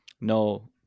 No